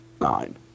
nine